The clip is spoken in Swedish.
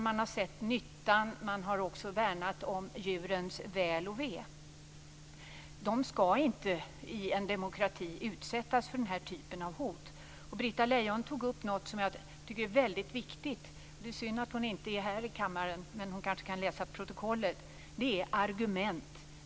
Man har sett nyttan och man har också värnat om djurens väl och ve. Forskare skall inte i en demokrati utsättas för den här typen av hot. Britta Lejon tog upp något som jag tycker är väldigt viktigt, och det är argument. Det är synd att hon inte är här i kammaren, men hon kanske kan läsa protokollet.